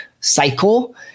cycle